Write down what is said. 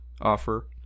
offer